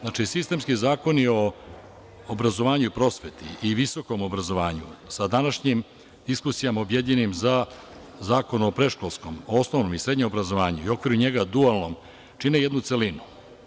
Znači, sistemski zakoni o obrazovanju i prosveti i visokom obrazovanju, sa današnjim diskusijama objedinjenim za zakon o predškolskom, osnovnom i srednjem obrazovanju i u okviru njega dualnom, čine jednu celinu.